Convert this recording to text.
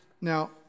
Now